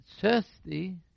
thirsty